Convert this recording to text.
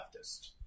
leftist